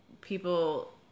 people